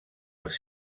els